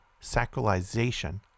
sacralization